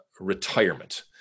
retirement